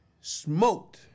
Smoked